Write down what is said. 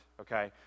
okay